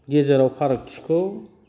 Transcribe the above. गेजेराव फारागथिखौ